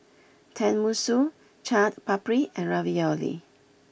Tenmusu Chaat Papri and Ravioli